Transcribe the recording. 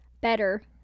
better